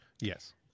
Yes